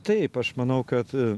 taip aš manau kad